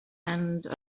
and